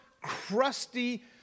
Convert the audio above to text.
crusty